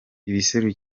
ibisekuru